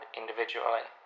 individually